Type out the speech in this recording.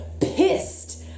pissed